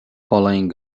following